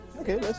Okay